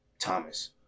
Thomas